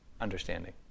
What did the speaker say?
understanding